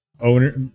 Owner